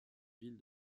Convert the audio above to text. ville